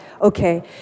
okay